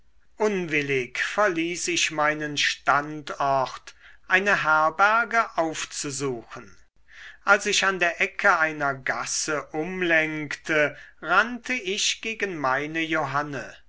unwillig verließ ich meinen standort eine herberge aufzusuchen als ich an der ecke einer gasse umlenkte rannte ich gegen meine johanne